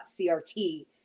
CRT